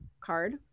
card